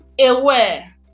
aware